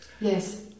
Yes